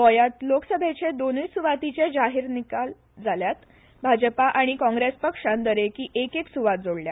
गोंयात लोकसभेचे दोनुय सुवातीचे जाहीर जाल्ल्या निकालात भाजपा आनी काँग्रेस पक्षान दरेकी एक एक सुवात जोडल्या